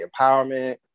empowerment